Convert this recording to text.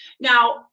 Now